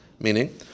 Meaning